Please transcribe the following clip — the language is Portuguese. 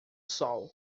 sol